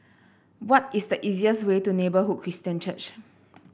what is the easiest way to Neighbourhood Christian Church